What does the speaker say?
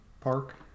park